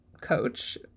coach